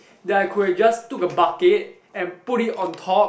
that I could have just took a bucket and put it on top